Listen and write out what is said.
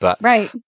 Right